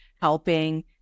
helping